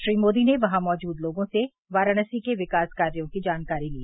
श्री मोदी ने वहां मौजूद लोगों से वाराणसी के विकास कार्यो की जानकारी ली